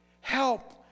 Help